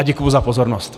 Děkuji za pozornost.